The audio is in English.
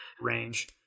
range